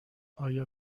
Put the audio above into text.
آیا